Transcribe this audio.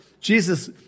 Jesus